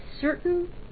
certain